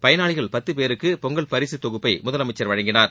பயனாளிகள் பத்து பேருக்கு பொங்கல் பரிசு தொகுப்பை முதலமைச்சர் வழங்கினார்